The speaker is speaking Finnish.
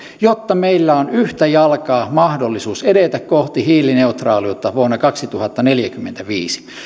jotta meillä on yhtä jalkaa mahdollisuus edetä kohti hiilineutraaliutta vuonna kaksituhattaneljäkymmentäviisi